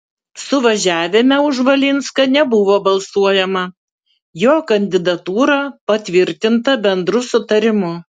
suvažiavime už valinską nebuvo balsuojama jo kandidatūra patvirtinta bendru sutarimu